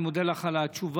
אני מודה לך על התשובה.